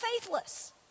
faithless